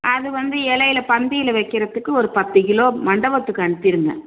அது வந்து இலையில பந்தியில் வைக்கிறதுக்கு ஒரு பத்து கிலோ மண்டபத்துக்கு அனுப்பிடுங்க